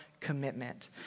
commitment